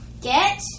get